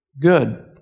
good